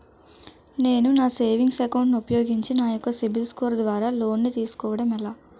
నేను నా savings account ను ఉపయోగించి నా యెక్క సిబిల్ స్కోర్ ద్వారా లోన్తీ సుకోవడం ఎలా?